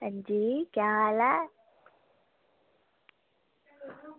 अंजी केह् हाल ऐ